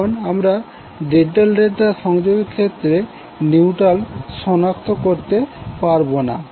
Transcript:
কারন আমরা delta delta সংযোগের ক্ষেত্রে নিউট্রাল শনাক্ত করতে পারবো না